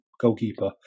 goalkeeper